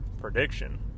prediction